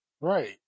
Right